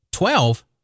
Twelve